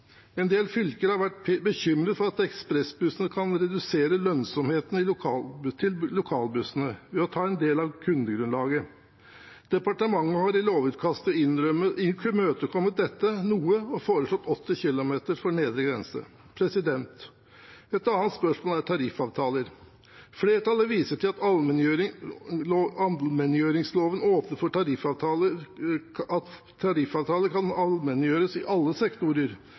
En del fylker har vært bekymret for at ekspressbussene kan redusere lønnsomheten til lokalbussene ved å ta en del av kundegrunnlaget. Departementet har i lovutkastet imøtekommet dette noe og foreslått 80 km som nedre grense. Et annet spørsmål er tariffavtaler. Flertallet viser til at allmenngjøringsloven åpner for at tariffavtaler kan allmenngjøres i alle sektorer